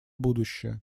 будущее